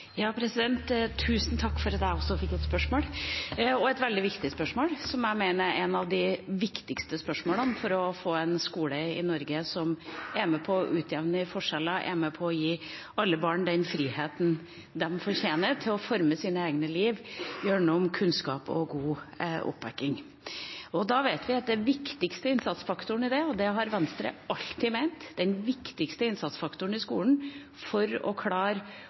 Tusen takk for at jeg også fikk et spørsmål, og et veldig viktig spørsmål, som jeg mener er et av de viktigste spørsmålene for å få en skole i Norge som er med på å utjevne forskjeller, er med på å gi alle barn den friheten de fortjener til å forme sine egne liv gjennom kunnskap og god oppbakking. Da vet vi at den viktigste innsatsfaktoren i skolen – og det har Venstre alltid ment – for å klare å gi barna den